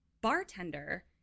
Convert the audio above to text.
bartender